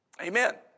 Amen